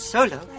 Solo